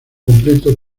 completo